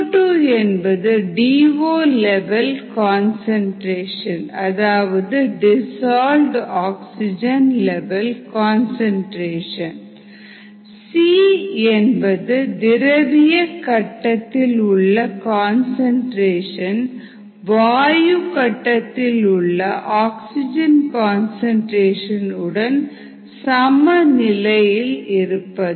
CO2 என்பது D O level concentration C என்பது திரவிய கட்டத்தில் உள்ள கன்சன்ட்ரேஷன் வாயு கட்டத்திலுள்ள ஆக்சிஜன் கன்சன்ட்ரேஷன் உடன் சம நிலையில் இருப்பது